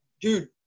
Dude